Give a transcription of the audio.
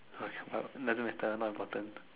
okay but doesn't matter not important